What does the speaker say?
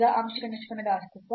ಈಗ ಆಂಶಿಕ ನಿಷ್ಪನ್ನದ ಅಸ್ತಿತ್ವ